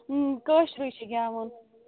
کٲشرُے چھُ گٮ۪وُن